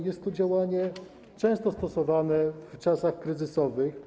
Jest to działanie często stosowane w czasach kryzysowych.